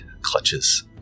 clutches